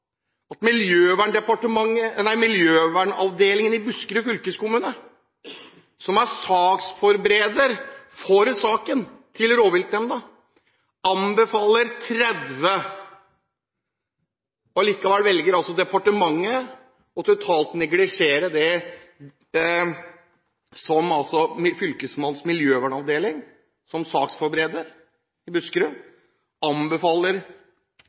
at miljøvernavdelingen i Buskerud fylkeskommune, som er saksforbereder for saken til rovviltnemnda, anbefaler 30. Likevel anbefaler departementet totalt å neglisjere det som fylkesmannens miljøvernavdeling, som saksforebereder i Buskerud, anbefaler,